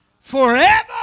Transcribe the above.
forever